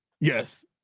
Yes